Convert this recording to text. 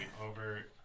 over